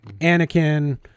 Anakin